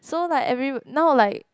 so like every now would like